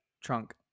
trunk